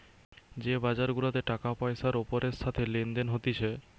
যে বাজার গুলাতে টাকা পয়সার ওপরের সাথে লেনদেন হতিছে